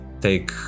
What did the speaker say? take